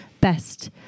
best